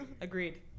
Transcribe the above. Agreed